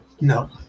No